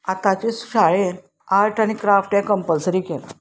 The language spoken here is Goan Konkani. आतांचे शाळेंत आर्ट आनी क्राफ्ट हें कंपलसरी केलां